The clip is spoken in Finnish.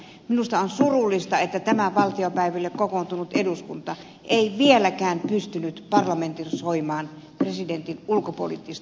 minusta on surullista että tämä valtiopäiville kokoontunut eduskunta ei vieläkään pystynyt parlamentarisoimaan presidentin ulkopoliittista valtaa